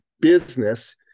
business